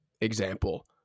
example